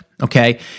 Okay